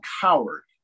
Coward